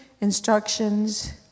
instructions